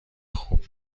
خوب